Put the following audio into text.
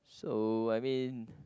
so I mean